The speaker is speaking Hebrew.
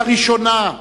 לראשונה,